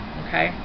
okay